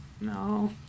No